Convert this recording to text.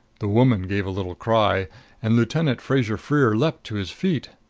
the woman gave a little cry and lieutenant fraser-freer leaped to his feet.